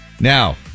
Now